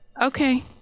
Okay